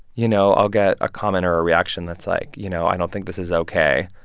you know, i'll get a comment or a reaction that's like, you know, i don't think this is ok.